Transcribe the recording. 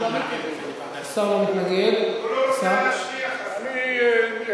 גם השר לא יתנגד שאנחנו נעביר את